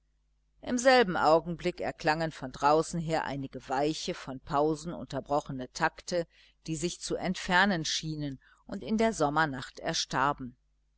im selben augenblick erklangen von draußen her einige weiche von pausen unterbrochene takte die sich zu entfernen schienen und in der sommernacht erstarben